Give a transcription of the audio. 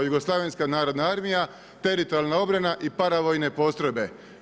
Jugoslavenska narodna armija, teritorijalna obrana i paravojne postrojbe.